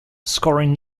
scoring